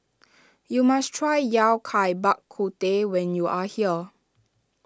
you must try Yao Cai Bak Kut Teh when you are here